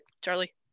Charlie